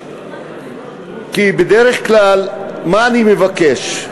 כי בדרך כלל מה אני מבקש?